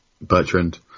Bertrand